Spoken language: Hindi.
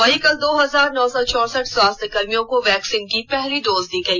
वहीं कल दो हजार नौ सौ चौसठ स्वास्थ्यकर्भियों को वैक्सीन की पहली डोज दी गई